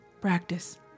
practice